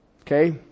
Okay